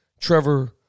Trevor